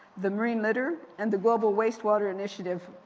the marine litter and the global waste water initiative.